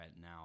now